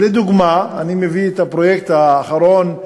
לדוגמה אני מביא את הפרויקט האחרון,